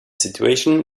situation